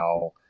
now